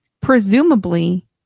presumably